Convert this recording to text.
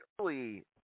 early